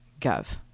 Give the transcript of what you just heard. gov